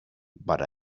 but